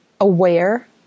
aware